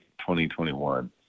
2021